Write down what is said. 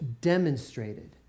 demonstrated